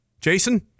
Jason